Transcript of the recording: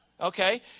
Okay